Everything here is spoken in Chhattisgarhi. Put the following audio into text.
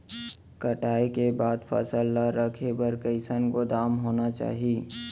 कटाई के बाद फसल ला रखे बर कईसन गोदाम होना चाही?